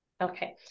Okay